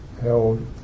held